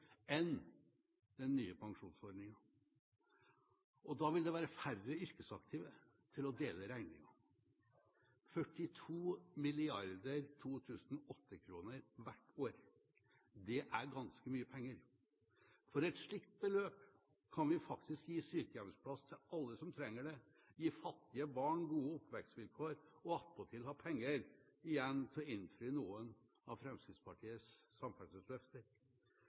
enn den nye pensjonsordningen. Da vil det være færre yrkesaktive til å dele regningen. 42 mrd. 2008-kroner hvert år er ganske mye penger. For et slikt beløp kan vi faktisk gi sykehjemsplass til alle som trenger det, gi fattige barn gode oppvekstvilkår og attpåtil ha penger igjen til å innfri noen av Fremskrittspartiets samferdselsløfter.